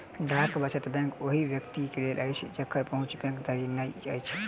डाक वचत बैंक ओहि व्यक्तिक लेल अछि जकर पहुँच बैंक धरि नै अछि